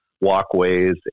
walkways